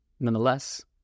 Nonetheless